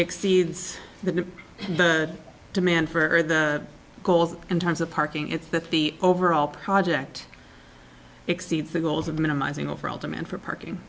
exceeds the demand for the poles and times of parking it's that the overall project exceeds the goals of minimizing overall demand for parking